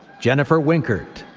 jennifer winkert.